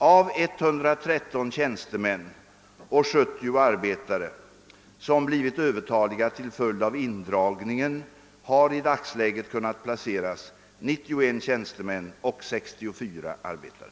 Av 113 tjänstemän och 70 arbetare som blivit övertaliga till följd av indragningen har i dagsläget kunnat placeras 91 tjänstemän och 64 arbetare.